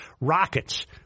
Rockets